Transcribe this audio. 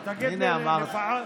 אז לפחות תגיד לי את השם שלו.